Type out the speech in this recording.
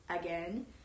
again